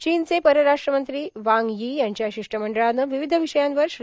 चीनचे परराष्ट्रमंत्री Wang Yi यांच्या शिष्टमंडळाने र्वावध विषयांवर श्री